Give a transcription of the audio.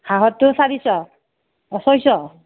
হাঁহৰটো চাৰিশ ছয়শ